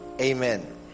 Amen